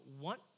want